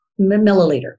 milliliter